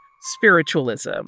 spiritualism